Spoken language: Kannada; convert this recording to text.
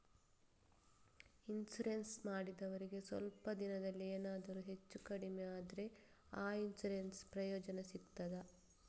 ಇನ್ಸೂರೆನ್ಸ್ ಮಾಡಿದವರಿಗೆ ಸ್ವಲ್ಪ ದಿನದಲ್ಲಿಯೇ ಎನಾದರೂ ಹೆಚ್ಚು ಕಡಿಮೆ ಆದ್ರೆ ಆ ಇನ್ಸೂರೆನ್ಸ್ ನ ಪ್ರಯೋಜನ ಸಿಗ್ತದ?